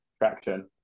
traction